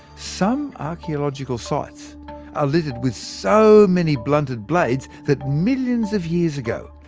some archaeological sites are littered with so many blunted blades that, millions of years ago,